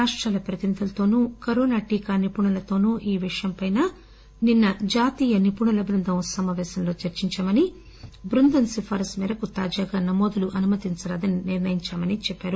రాష్టాల ప్రతినిధులతోనూ కరోనా టీకా నిపుణులతోనూ ఈ విషయంపై నిన్న జాతీయ నిపుణుల బృందం సమాపేశంలో చర్చిందామని బృందం సిఫార్పు మేరకు తాజాగా నమోదులను అనుమతించరాదని నిర్ణయించామని చెప్పారు